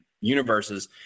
universes